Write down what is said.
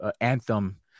Anthem